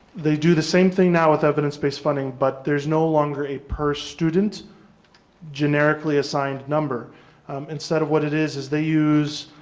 they do the same thing now with evidence-based funding but there's no longer a per student generically assigned number instead of what it is, is they use